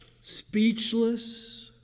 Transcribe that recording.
speechless